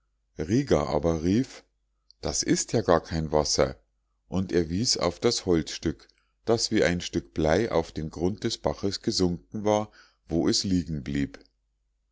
rieger aber rief das ist ja gar kein wasser und er wies auf das holzstück das wie ein stück blei auf den grund des baches gesunken war wo es liegen blieb